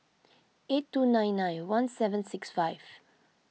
eight two nine nine one seven six five